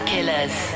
Killers